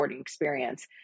experience